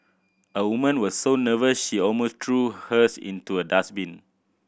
a woman was so nervous she almost threw hers into a dustbin